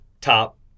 top